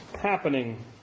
happening